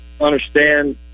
understand